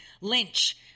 Lynch